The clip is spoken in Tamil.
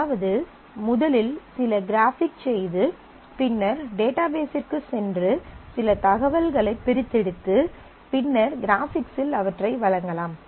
அதாவது முதலில் சில கிராஃபிக் செய்து பின்னர் டேட்டாபேஸிற்குச் சென்று சில தகவல்களைப் பிரித்தெடுத்து பின்னர் கிராபிக்ஸ் இல் அவற்றை வழங்கலாம்